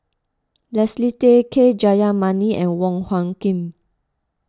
Leslie Tay K Jayamani and Wong Hung Khim